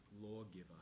lawgiver